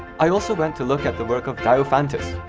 i also went to look at the work of diophantus,